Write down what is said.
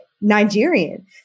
Nigerian